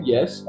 Yes